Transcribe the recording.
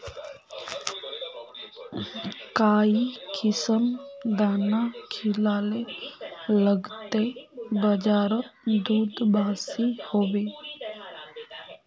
काई किसम दाना खिलाले लगते बजारोत दूध बासी होवे?